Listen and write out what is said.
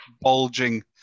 bulging